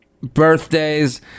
Birthdays